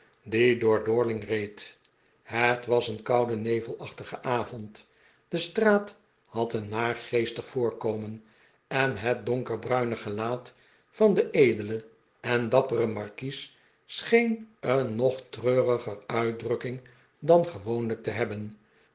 die door dorking reed het was een koude nevelachtige avond de straat had een naargeestig voorkomen en het donkerbruine gelaat van den edelen en dapperen markies scheen een nog treuriger uitdrukking dan gewoqnlijk te hebben